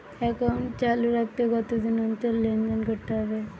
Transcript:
Account চালু রাখতে কতদিন অন্তর লেনদেন করতে হবে?